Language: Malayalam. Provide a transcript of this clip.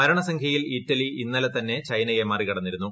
മരണസംഖ്യയിൽ ഇറ്റലി ഇന്നലെ തന്നെ ചൈനയെ മറികടന്നിരുന്നു